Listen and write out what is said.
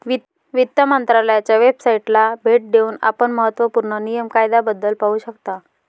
वित्त मंत्रालयाच्या वेबसाइटला भेट देऊन आपण महत्त्व पूर्ण नियम कायद्याबद्दल पाहू शकता